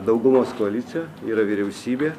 daugumos koalicija yra vyriausybė